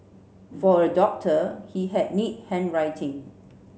for a doctor he had neat handwriting